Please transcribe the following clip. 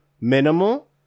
minimal